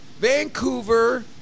Vancouver